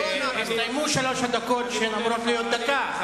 הסתיימו שלוש הדקות שאמורות להיות דקה,